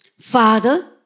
Father